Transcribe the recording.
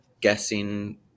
guessing